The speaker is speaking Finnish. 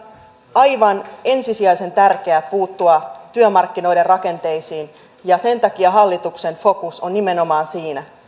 aivan ensisijaisen tärkeää puuttua työmarkkinoiden rakenteisiin ja sen takia hallituksen fokus on nimenomaan siinä